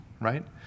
right